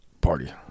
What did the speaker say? party